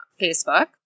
Facebook